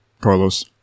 carlos